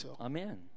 Amen